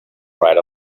right